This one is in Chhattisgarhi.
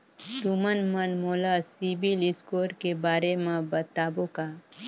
तुमन मन मोला सीबिल स्कोर के बारे म बताबो का?